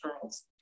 Girls